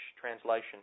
translation